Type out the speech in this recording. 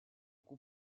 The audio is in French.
coup